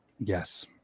Yes